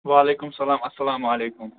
وعلیکُم سلام اَلسلامُ علیکُم